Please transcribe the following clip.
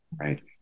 right